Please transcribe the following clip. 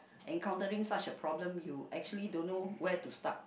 encountering such a problem you actually don't know where to start